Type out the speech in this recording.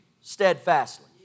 steadfastly